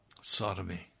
sodomy